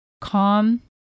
calm